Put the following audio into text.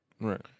Right